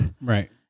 right